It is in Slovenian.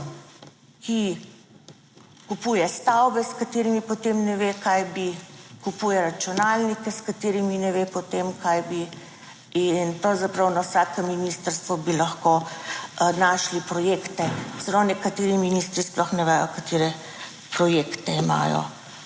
ki kupuje stavbe, s katerimi po tem ne ve kaj bi, kupuje računalnike s katerimi ne ve po tem kaj bi in pravzaprav na vsakem ministrstvu bi lahko našli projekte. Celo nekateri ministri sploh ne vedo, katere projekte imajo